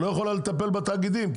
לא יכולה לטפל בתאגידים,